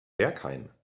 bergheim